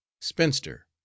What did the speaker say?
spinster